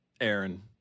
aaron